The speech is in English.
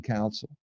Council